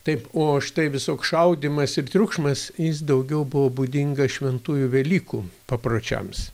taip o štai visoks šaudymas ir triukšmas jis daugiau buvo būdingas šventųjų velykų papročiams